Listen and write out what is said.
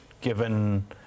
given